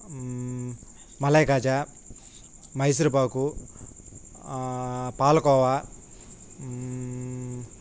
malai khaja Mysore pak పాలకోవ